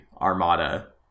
armada